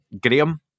Graham